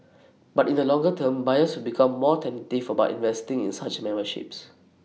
but in the longer term buyers will become more tentative about investing in such memberships